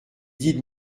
dit